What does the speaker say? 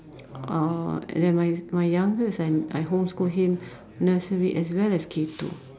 uh and then my my youngest I I homeschool him nursery as well as K two